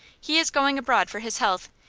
he is going abroad for his health,